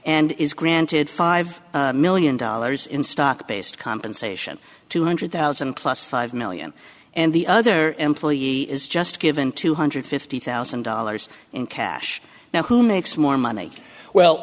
and is granted five million dollars in stock based compensation two hundred thousand plus five million and the other employee is just given two hundred fifty thousand dollars in cash now who makes more money well